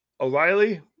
O'Reilly